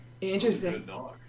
Interesting